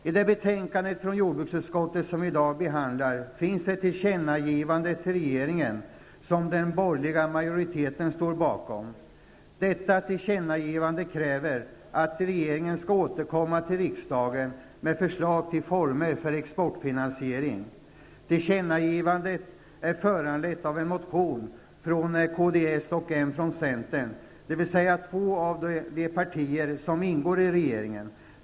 I det betänkande från jordbruksutskottet som vi i dag behandlar finns det ett tillkännagivande till regeringen som den borgerliga majoriteten står bakom. I detta tillkännagivande krävs att regeringen skall återkomma till riksdagen med förslag till former för exportfinansiering. Tillkännagivandet är föranlett av en motion från Kds och en från Centern, dvs. två av de partier som ingår i regeringen.